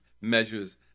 measures